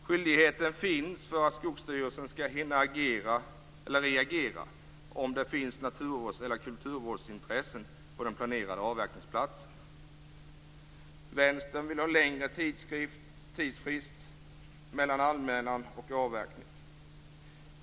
Skyldigheten finns för att Skogsstyrelsen skall hinna reagera om det finns naturvårds och kulturvårdsintressen på den planerade avverkningsplatsen. Vänstern vill ha längre tidsfrist mellan anmälan och avverkning.